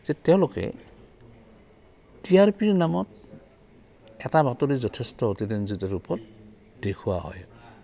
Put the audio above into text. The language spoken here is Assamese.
যে তেওঁলোকে টি আৰ পিৰ নামত এটা বাতৰি যথেষ্ট অতিৰঞ্জিত ৰূপত দেখুওৱা হয়